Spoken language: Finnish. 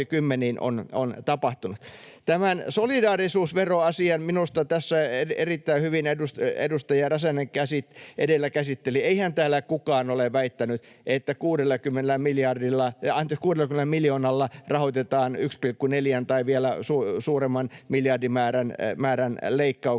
Tämän solidaarisuusveroasian minusta erittäin hyvin edustaja Räsänen tässä edellä käsitteli. Eihän täällä kukaan ole väittänyt, että 60 miljoonalla rahoitetaan 1,4:n tai vielä suuremman miljardimäärän leikkauksia.